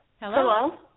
Hello